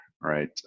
right